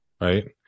right